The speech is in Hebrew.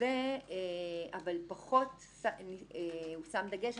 אז איך אנחנו מביאים לידי ביטוי שזה לא מתייחס לדוגמה